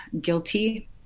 guilty